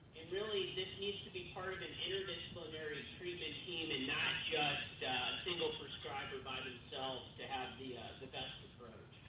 and really this needs to be part of an interdisciplinary treatment team and not just single prescriber by themselves to have the the best approach.